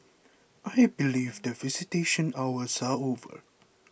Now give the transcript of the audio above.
I believe that visitation hours are over